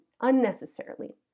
unnecessarily